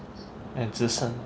and jason lor